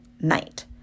night